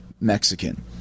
Mexican